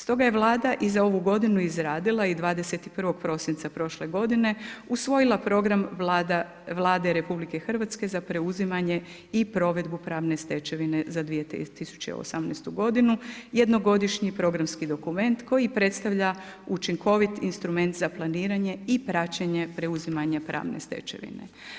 Stoga je Vlada i za ovu godinu izradila i 21. prosinca prošle godine usvojila program Vlade RH, za preuzimanje i provedbu pravne stečevine za 2018. g. jednogodišnji programski dokument koji predstavlja učinkovit instrument za planiranje i praćenje preuzimanje pravne stečevine.